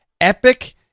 Epic